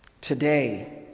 Today